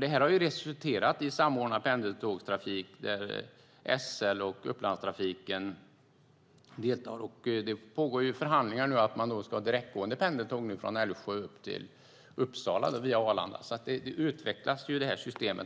Det här har resulterat i en samordnad pendeltågstrafik där SL och Upplandstrafiken deltar. Det pågår nu förhandlingar om direktgående pendeltåg från Älvsjö till Uppsala via Arlanda. Systemet utvecklas